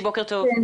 הלאה.